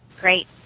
Great